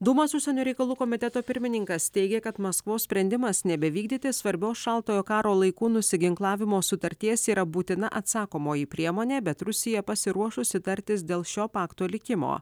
dūmos užsienio reikalų komiteto pirmininkas teigė kad maskvos sprendimas nebevykdyti svarbios šaltojo karo laikų nusiginklavimo sutarties yra būtina atsakomoji priemonė bet rusija pasiruošusi tartis dėl šio pakto likimo